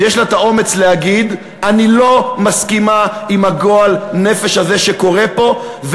שיש לה אומץ להגיד: אני לא מסכימה עם הגועל נפש הזה שקורה פה,